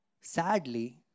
Sadly